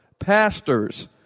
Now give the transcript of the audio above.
Pastors